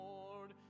Lord